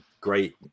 great